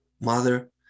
mother